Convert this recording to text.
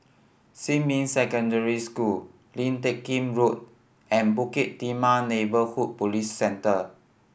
Xinmin Secondary School Lim Teck Kim Road and Bukit Timah Neighbourhood Police Centre